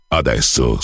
adesso